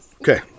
okay